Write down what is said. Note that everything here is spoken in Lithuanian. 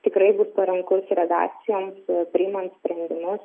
tikrai bus parankus redakcijoms priimant sprendimus